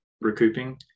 recouping